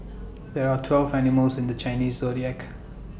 there are twelve animals in the Chinese Zodiac